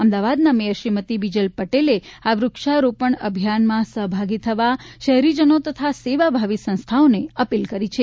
અમદાવાદના મેયર શ્રીમતી બિજલ પટેલે આ વૃક્ષારોપણ અભિયાનમાં સહભાગી થવા શહેરીજનો તથા સેવાભાવી સંસ્થાઓને અપીલ કરી છે